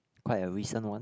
quite a recent one